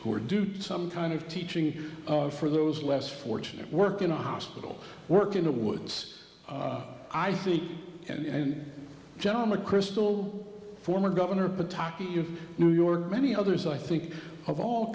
corps do some kind of teaching for those less fortunate work in a hospital work in the woods i see and general mcchrystal former governor pataki of new york many others i think of all